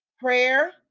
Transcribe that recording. prayer